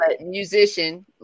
Musician